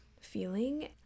Feeling